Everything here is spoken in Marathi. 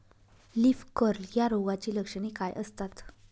लीफ कर्ल या रोगाची लक्षणे काय असतात?